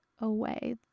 away